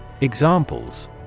Examples